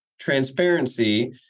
transparency